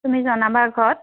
তুমি জনাবা ঘৰত